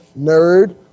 nerd